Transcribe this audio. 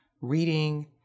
reading